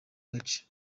gace